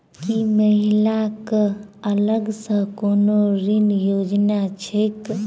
की महिला कऽ अलग सँ कोनो ऋण योजना छैक?